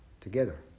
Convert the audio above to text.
together